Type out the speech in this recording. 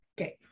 Okay